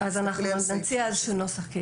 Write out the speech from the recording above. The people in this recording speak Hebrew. אנחנו נציע איזשהו נוסח.